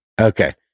Okay